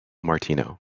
martino